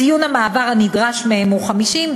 ציון המעבר הנדרש מהם הוא 50,